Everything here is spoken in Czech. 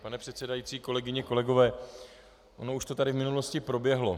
Pane předsedající, kolegyně, kolegové, ono už to tady v minulosti proběhlo.